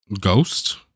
Ghost